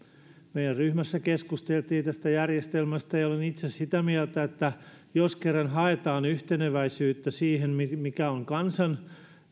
meidän ryhmässämme keskusteltiin tästä järjestelmästä ja ja olen itse sitä mieltä että jos kerran haetaan yhteneväisyyttä siihen mikä on kansan